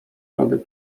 rady